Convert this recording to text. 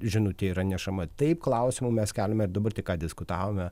žinutė yra nešama taip klausimų mes keliame ir dabar tik ką diskutavome